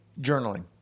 journaling